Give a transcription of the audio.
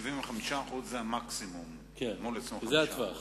אולי כפיילוט.